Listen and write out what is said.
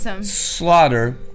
slaughter